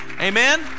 Amen